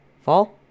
fall